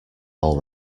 all